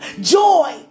Joy